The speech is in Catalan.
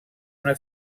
una